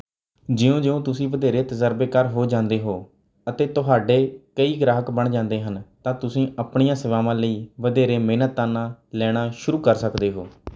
ਜਿਉਂ ਜਿਉਂ ਤੁਸੀਂ ਵਧੇਰੇ ਤਜ਼ਰਬੇਕਾਰ ਹੋ ਜਾਂਦੇ ਹੋ ਅਤੇ ਤੁਹਾਡੇ ਕਈ ਗ੍ਰਾਹਕ ਬਣ ਜਾਂਦੇ ਹਨ ਤਾਂ ਤੁਸੀਂ ਆਪਣੀਆਂ ਸੇਵਾਵਾਂ ਲਈ ਵਧੇਰੇ ਮਿਹਨਤਾਨਾ ਲੈਣਾ ਸ਼ੁਰੂ ਕਰ ਸਕਦੇ ਹੋ